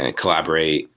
and collaborate,